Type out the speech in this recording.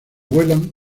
vuelan